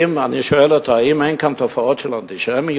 אני שואל אותו: האם אין כאן תופעות של אנטישמיות?